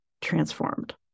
transformed